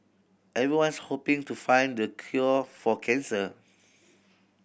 everyone's hoping to find the cure for cancer